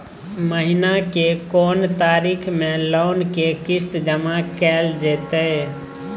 महीना के कोन तारीख मे लोन के किस्त जमा कैल जेतै?